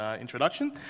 introduction